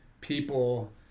people